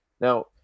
Now